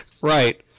Right